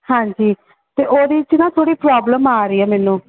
ਹਾਂਜੀ ਅਤੇ ਉਹਦੇ 'ਚ ਨਾ ਥੋੜ੍ਹੀ ਪ੍ਰੋਬਲਮ ਆ ਰਹੀ ਹੈ ਮੈਨੂੰ